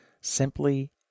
Simply